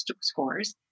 scores